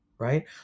right